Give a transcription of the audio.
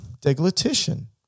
Deglutition